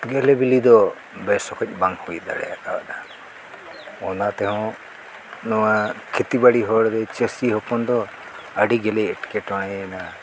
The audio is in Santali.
ᱜᱮᱞᱮ ᱵᱤᱞᱤ ᱫᱚ ᱵᱮᱥᱠᱚᱡ ᱵᱟᱝ ᱦᱩᱭ ᱫᱟᱲᱮᱣ ᱟᱠᱟᱫᱟ ᱚᱱᱟ ᱛᱮᱦᱚᱸ ᱱᱚᱣᱟ ᱠᱷᱮᱛᱤ ᱵᱟᱲᱤ ᱦᱚᱲ ᱫᱚ ᱪᱟᱹᱥᱤ ᱦᱚᱯᱚᱱ ᱫᱚ ᱟᱹᱰᱤ ᱜᱮᱞᱮ ᱮᱴᱠᱮᱴᱚᱬᱮᱭᱮᱱᱟ